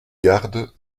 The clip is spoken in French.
gardes